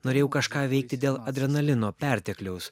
norėjau kažką veikti dėl adrenalino pertekliaus